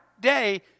day